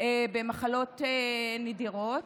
במחלות נדירות.